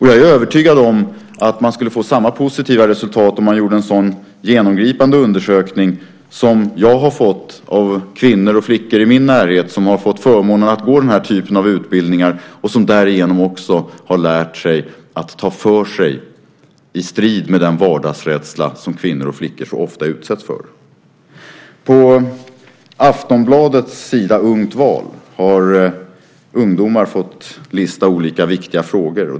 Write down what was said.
Jag är övertygad om att man skulle få samma positiva resultat om man gjorde en sådan genomgripande undersökning som jag har fått av kvinnor och flickor i min närhet som fått förmånen att gå den här typen av utbildningar och som därigenom också har lärt sig att ta för sig i strid med den vardagsrädsla som kvinnor och flickor så ofta utsätts för. På Aftonbladets sida Ungt val har ungdomar fått lista olika viktiga frågor.